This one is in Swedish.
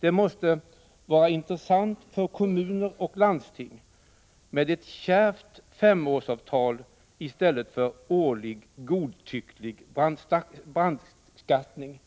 Det måste vara intressant för kommuner och landsting med ett kärvt femårsavtal i stället för årlig godtycklig brandskattning.